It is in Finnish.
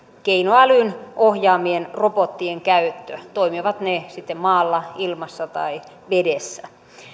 keinoälyn ohjaamien robottien käyttö toimivat ne sitten maalla ilmassa tai vedessä